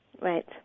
Right